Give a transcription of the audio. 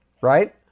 right